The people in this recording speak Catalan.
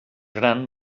gran